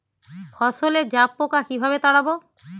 ফসলে জাবপোকা কিভাবে তাড়াব?